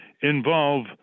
involve